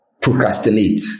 procrastinate